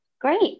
Great